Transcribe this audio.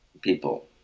people